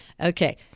Okay